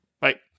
Bye